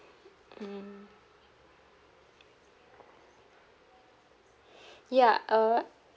mm ya uh